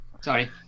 Sorry